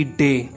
day